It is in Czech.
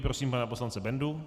Prosím pana poslance Bendu.